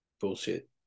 bullshit